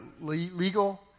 legal